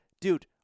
dude